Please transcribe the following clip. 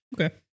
okay